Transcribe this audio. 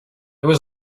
was